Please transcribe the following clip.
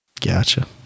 gotcha